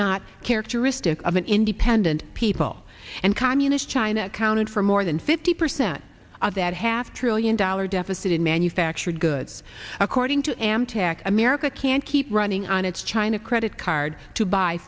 not characteristic of an independent people and communist china accounted for more than fifty percent of that half trillion dollar deficit in manufactured goods according to am tax america can't keep running on its china credit card to b